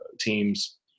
teams